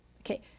Okay